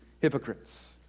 hypocrites